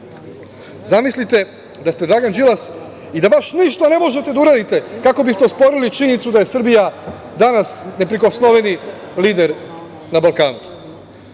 Zamislite da ste Dragan Đilas i da baš ništa ne možete da uradite kako biste osporili činjenicu da je Srbija danas neprikosnoveni lider na